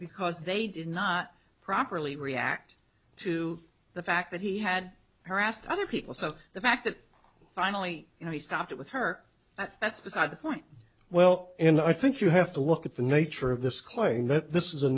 because they did not properly react to the fact that he had harassed other people so the fact that finally you know he stopped it with her but that's beside the point well and i think you have to look at the nature of this